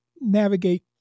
navigate